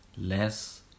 less